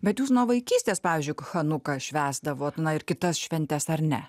bet jūs nuo vaikystės pavyzdžiui chanuką švęsdavot na ir kitas šventes ar ne